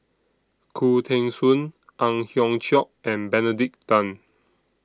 Khoo Teng Soon Ang Hiong Chiok and Benedict Tan